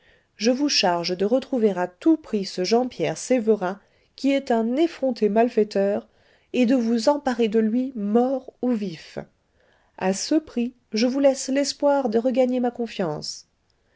je vous charge de retrouver à tout prix ce jean pierre sévérin qui est un effronté malfaiteur et de vous emparer de lui mort ou vif a ce prix je vous laisse l'espoir de regagner ma confiance